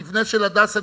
המבנה של "הדסה".